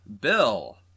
Bill